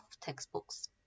textbooks